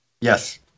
Yes